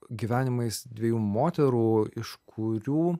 gyvenimais dviejų moterų iš kurių